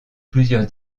plusieurs